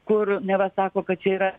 kur neva sako kad čia yra